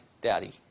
daddy